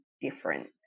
different